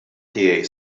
tiegħi